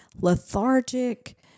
lethargic